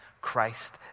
Christ